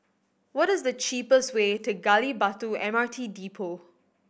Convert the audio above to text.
what is the cheapest way to Gali Batu M R T Depot